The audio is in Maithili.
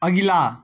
अगिला